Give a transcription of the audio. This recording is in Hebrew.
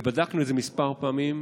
ובדקנו את זה כמה פעמים,